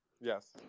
Yes